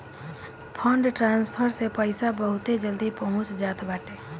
fund transfer से पईसा बहुते जल्दी पहुंच जात बाटे